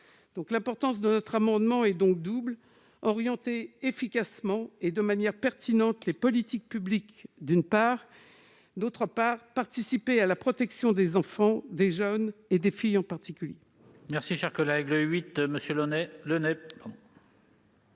l'importance de notre amendement est double. Il s'agit, d'une part, d'orienter efficacement et de manière pertinente les politiques publiques, et, d'autre part, de participer à la protection des enfants, des jeunes et des filles en particulier.